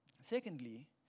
Secondly